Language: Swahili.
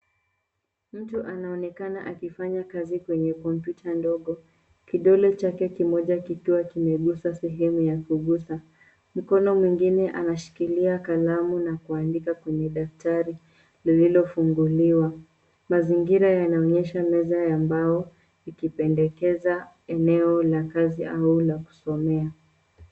Mtu anaonekana akifanya kazi kwenye kompyuta ndogo. Kidole chake kimoja kikiwa kimegusa sehemu ya kugusa. Mkono mwingine anashikilia kalamu na kuandika kwenye daftari lililofunguliwa. Mazingira yanaonyesha meza ya mbao ikipendekeza eneo la kazi au la kusomea.